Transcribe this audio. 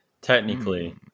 technically